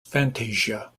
fantasia